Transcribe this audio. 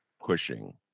pushing